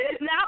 Now